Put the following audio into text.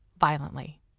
violently